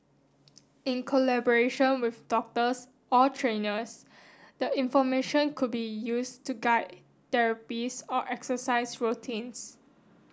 in collaboration with doctors or trainers the information could be used to guide therapies or exercise routines